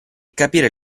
capire